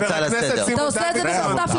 חבר הכנסת סימון דוידסון,